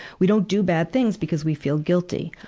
we don't do bad things because we feel guilty.